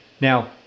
Now